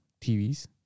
TVs